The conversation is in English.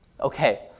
Okay